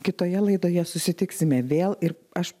kitoje laidoje susitiksime vėl ir aš